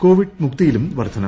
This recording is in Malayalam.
കോവിഡ് മുക്തിയിലും വർധന